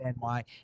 NY